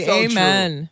amen